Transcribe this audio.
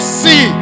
see